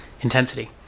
intensity